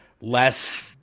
less